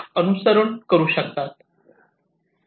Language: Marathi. अनुसरण करू शकता